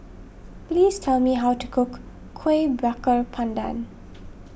please tell me how to cook Kuih Bakar Pandan